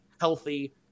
healthy